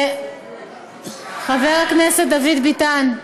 חבר הכנסת דוד ביטן,